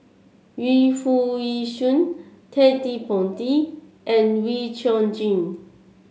Yu Foo Yee Shoon Ted De Ponti and Wee Chong Jin